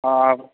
हँ